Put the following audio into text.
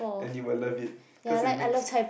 and you will love it cause it's mixed